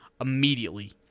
immediately